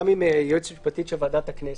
גם עם היועצת המשפטית של ועדת הכנסת,